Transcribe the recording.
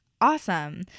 Awesome